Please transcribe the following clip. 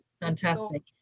Fantastic